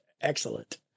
Excellent